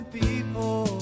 people